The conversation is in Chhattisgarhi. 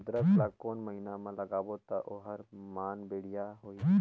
अदरक ला कोन महीना मा लगाबो ता ओहार मान बेडिया होही?